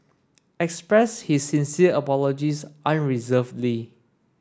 expressed his sincere apologies unreservedly